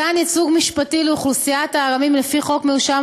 מתן ייצוג משפטי לאוכלוסיית הארמים לפי חוק מרשם